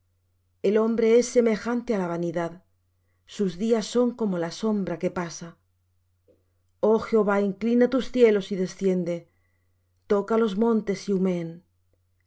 el hombre es semejante á la vanidad sus días son como la sombra que pasa oh jehová inclina tus cielos y desciende toca los montes y humeen